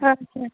ଆଚ୍ଛା